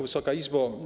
Wysoka Izbo!